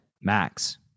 max